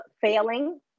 failing